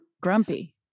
Grumpy